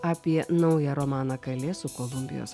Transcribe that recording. apie naują romaną kalė su kolumbijos